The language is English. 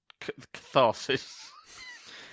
catharsis